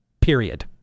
Period